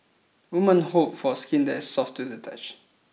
woman hope for skin that is soft to the touch